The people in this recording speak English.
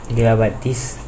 they are like this